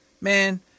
man